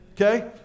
Okay